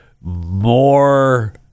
more